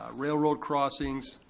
railroad crossings,